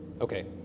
Okay